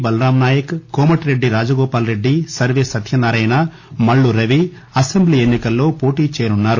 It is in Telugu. బలరాంనాయక్ కోమటి రెడ్డి రాజగోపాల్ రెడ్డి సర్వే సత్యనారాయణ మల్లు రవి అసెంబ్లీ ఎన్సి కల్లో పోటీ చేయనున్నారు